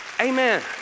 Amen